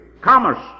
commerce